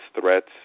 threats